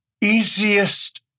easiest